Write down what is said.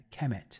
Kemet